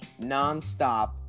nonstop